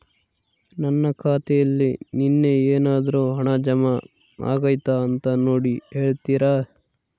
ನನ್ನ ಖಾತೆಯಲ್ಲಿ ನಿನ್ನೆ ಏನಾದರೂ ಹಣ ಜಮಾ ಆಗೈತಾ ಅಂತ ನೋಡಿ ಹೇಳ್ತೇರಾ?